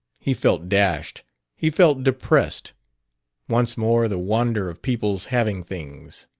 he felt dashed he felt depressed once more the wonder of people's having things.